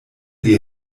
die